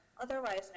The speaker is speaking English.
otherwise